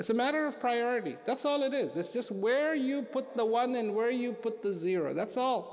it's a matter of priority that's all it is it's just where you put the one in where you put the zero that's all